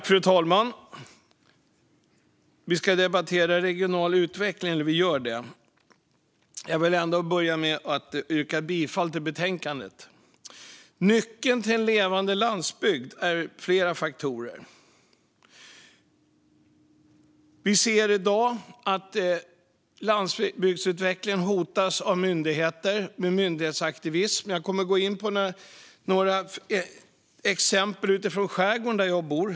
Fru talman! Vi debatterar regional utveckling, och jag vill börja med att yrka bifall till förslagen i betänkandet. Nyckeln till en levande landsbygd hänger på flera faktorer. Vi ser i dag att landsbygdsutvecklingen hotas av myndighetsaktivism. Jag kommer att ge några exempel på hur det går till i skärgården där jag bor.